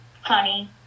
honey